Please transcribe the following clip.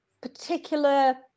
particular